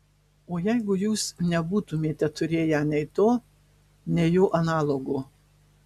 o jeigu jūs nebūtumėte turėję nei to nei jo analogo